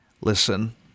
Listen